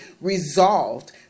resolved